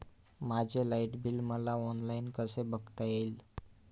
माझे light bill मला online कसे बघता येईल?